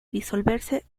disolverse